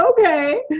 okay